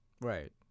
Right